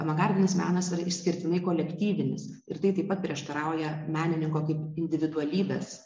avangardinis menas yra išskirtinai kolektyvinis ir tai taip pat prieštarauja menininko kaip individualybės